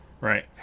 Right